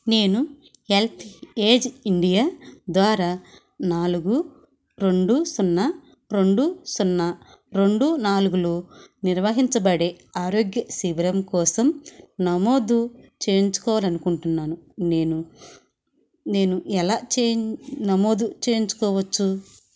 నేను health age India ద్వారా నాలుగు రెండు సున్నా రెండు సున్నా రెండు నాలుగులో నిర్వహించబడే ఆరోగ్య శిబిరం కోసం నమోదు చేయించుకోవాలి అనుకుంటున్నాను నేను నేను ఎలా నమోదు చేయించుకోవచ్చు